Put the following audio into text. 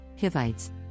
Hivites